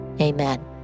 Amen